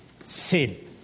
sin